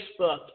Facebook